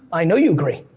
i know you agree.